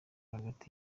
hagati